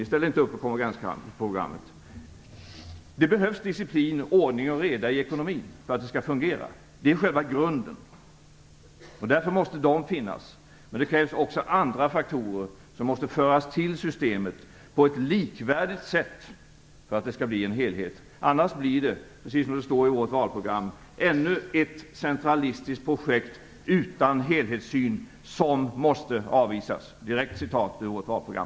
Ni ställer inte upp på konvergensprogrammet. Det behövs disciplin, ordning och reda i ekonomin för att det skall fungera. Det är själva grunden. Därför måste kraven finnas. Men det krävs också andra faktorer som måste föras till systemet på ett likvärdigt sätt för att det skall bli en helhet. Annars blir det, precis som det står i vårt valprogram, ännu ett centralistiskt projekt utan helhetssyn som måste avvisas. Det är direkt taget ur vårt valprogram.